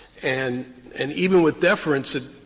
and and even with deference, and